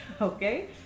okay